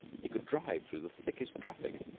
he could drive through the thickest traffic.